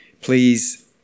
please